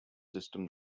system